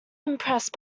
impressed